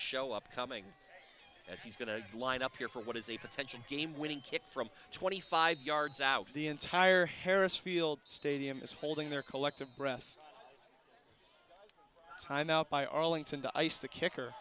show up coming as he's going to line up here for what is a potential game winning kick from twenty five yards out the entire harris field stadium is holding their collective breath time out by arlington to ice the kicker